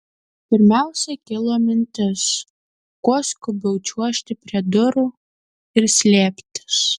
pirmiausia kilo mintis kuo skubiau čiuožti prie durų ir slėptis